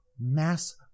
mass